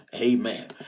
Amen